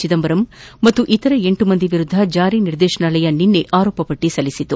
ಚಿದಂಬರಂ ಹಾಗು ಇತರ ಲ ಮಂದಿ ವಿರುದ್ದ ಜಾರಿ ನಿರ್ದೇಶನಾಲಯ ನಿನ್ನೆ ಆರೋಪ ಪಟ್ಟಿ ಸಲ್ಲಿಸಿದೆ